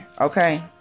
okay